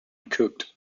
cooked